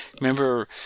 remember